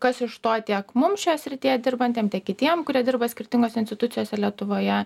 kas iš to tiek mum šioj srityje dirbantiem tiek kitiem kurie dirba skirtingose institucijose lietuvoje